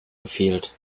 gefehlt